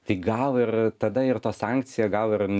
tai gal ir tada ir ta sankcija gal ir ne